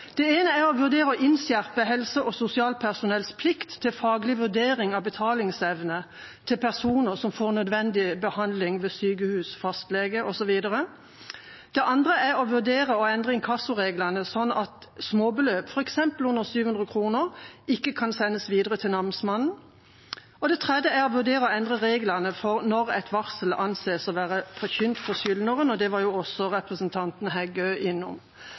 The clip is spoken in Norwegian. Det ene er om han vil vurdere å innskjerpe helse- og sosialpersonells plikt til faglig vurdering av betalingsevnen til personer som får nødvendig behandling ved sykehus, hos fastlege osv. Det andre er å vurdere å endre inkassoreglene slik at småbeløp, f.eks. under 700 kr, ikke kan sendes videre til namsmannen. Og det tredje er å vurdere å endre reglene for når et varsel anses å være forkynt for skyldneren, og det var jo også representanten Heggø innom.